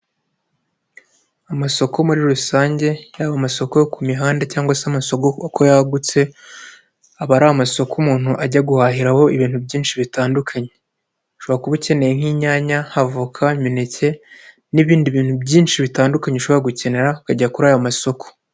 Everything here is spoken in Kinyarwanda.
Amasoko muri rusange yaba amasoko yo ku mihanda cyangwa se amasoko yagutse, aba ari amasoko umuntu ajya guhahiraho ibintu byinshi bitandukanye, ushobora kuba ukeneye nk'inyanya, avoka, imineke n'ibindi bintu byinshi bitandukanye, ushobora gukenera ukajya kuri ayo masoko.